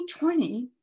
2020